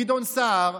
גדעון סער.